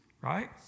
right